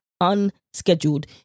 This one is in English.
unscheduled